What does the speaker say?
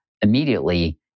immediately